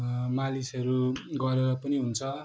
मालिसहरू गरेर पनि हुन्छ